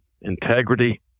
integrity